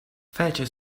fece